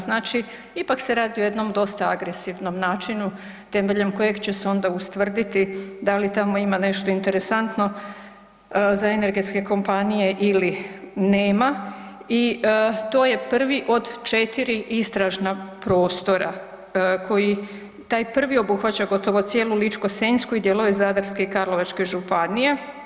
Znači, ipak se radi o jednom dosta agresivnom načinu temeljem kojeg će se onda ustvrditi da li tamo ima nešto interesantno za energetske kompanije ili nema i to je prvi od 4 istražna prostora koji, taj prvi obuhvaća gotovo cijelu Ličko-senjsku i dijelove Zadarske i Karlovačke županije.